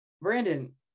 Brandon